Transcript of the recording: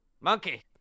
Monkey